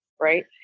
right